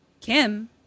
Kim